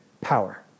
power